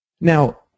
Now